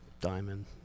diamond